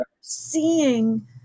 Seeing